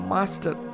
Master